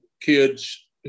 kids